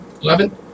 Eleven